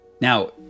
Now